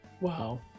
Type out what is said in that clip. Wow